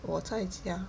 我在家